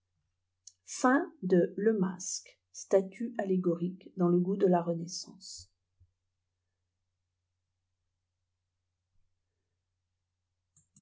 le masque statue allégorique dans le gout de la renaissamcb